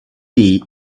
tea